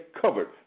covered